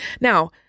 Now